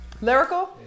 Lyrical